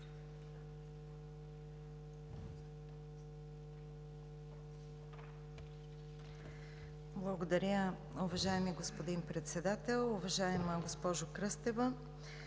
Благодаря, уважаеми господин Председател. Уважаема госпожо Кръстева,